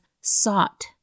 sought